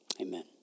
Amen